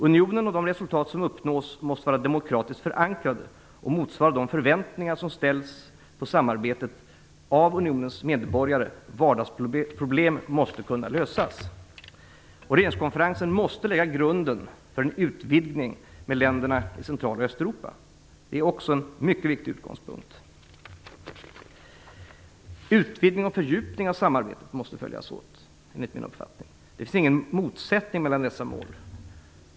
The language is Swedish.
Unionen och de resultat som uppnås måste vara demokratiskt förankrade och motsvara de förväntningar på samarbetet som ställs av unionens medborgare. Vardagsproblem måste kunna lösas. Regeringskonferensen måste lägga grunden för en utvidgning med länderna i Central och Östeuropa. Det är också en mycket viktig utgångspunkt. Utvidgning och fördjupning av samarbetet måste följas upp, enligt min uppfattning. Det finns ingen motsättning mellan dessa mål.